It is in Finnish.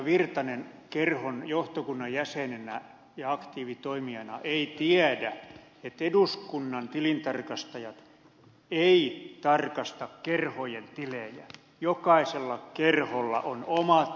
virtanen kerhon johtokunnan jäsenenä ja aktiivitoimijana tiedä että eduskunnan tilintarkastajat eivät tarkasta kerhojen tilejä vaan jokaisella kerholla on omat tilintarkastajansa